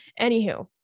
Anywho